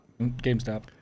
GameStop